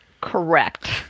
Correct